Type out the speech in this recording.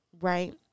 Right